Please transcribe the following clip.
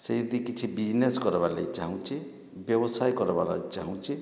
ସେ ଯଦି କିଛି ବିଜ୍ନେସ୍ କର୍ବାର୍ ଲାଗି ଚାହୁଁଛି ବ୍ୟବସାୟ କର୍ବାର୍ ଚାହୁଁଛି